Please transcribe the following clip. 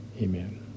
Amen